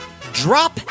drop